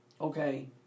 okay